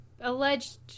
alleged